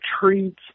treats